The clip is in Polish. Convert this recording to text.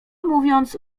mówiąc